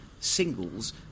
singles